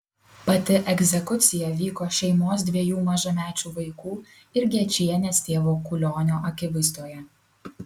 pati egzekucija vyko šeimos dviejų mažamečių vaikų ir gečienės tėvo kulionio akivaizdoje